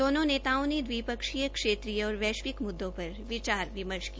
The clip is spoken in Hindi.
दोनों नेताओ द्विपक्षीय क्षेत्रीय और वैश्विक मुद्दों पर विचार विमर्श किया